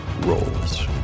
rolls